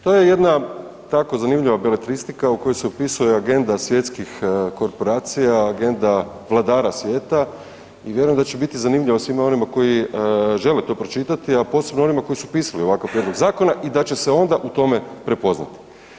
To je jedna tako zanimljiva beletristika u kojoj se opisuje agenda svjetskih korporacija, agenda vladara svijeta i vjerujem da će biti zanimljivo svima onima koji žele to pročitati, a posebno onima koji su pisali ovakav prijedlog zakona i da će se onda u tome prepoznati.